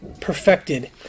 perfected